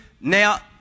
now